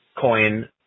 coin